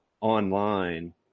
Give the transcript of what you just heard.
online